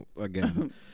again